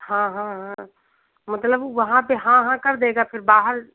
हाँ हाँ हाँ मतलब वहाँ पर हाँ हाँ कर देगा फिर बाहर